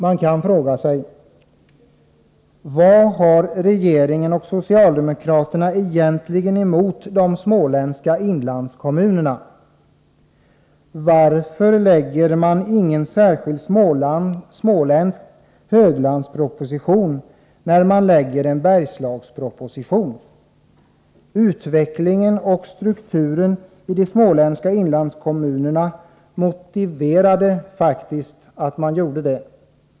Man kan fråga sig: Vad har regeringen och socialdemokraterna egentligen emot de småländska inlandskommunerna? Varför lägger man inte fram en särskild småländsk höglandsproposition, då man ju lägger fram en Bergslagsproposition? Utvecklingen och strukturen i de småländska inlandskommunerna motiverar faktiskt detta.